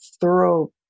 thorough